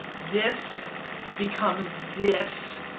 this becomes this.